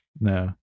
No